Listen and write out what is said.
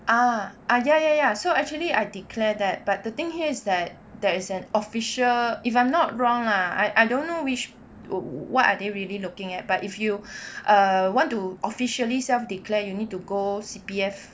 ah ah ya ya ya so actually I declare that but the thing here is that there is an official if I'm not wrong lah I don't know which what are they really looking at but if you err want to officially self declare you need to go C_P_F